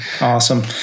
Awesome